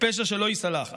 ופשע שלא ייסלח.